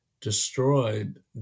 destroyed